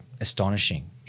astonishing